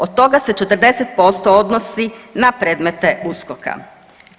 Od toga se 40% odnosi na predmete USKOK-a.